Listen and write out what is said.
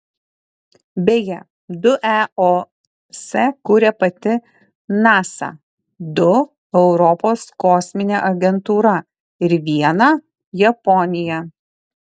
beje du eos kuria pati nasa du europos kosminė agentūra ir vieną japonija